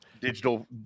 digital